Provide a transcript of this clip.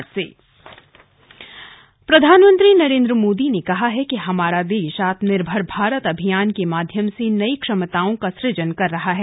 मोदी मन की बात प्रधानमंत्री नरेन्द्र मोदी ने कहा है कि हमारा देश आत्मनिर्भर भारत अभियान के माध्यम से नई क्षमताओं का सुजन कर रहा है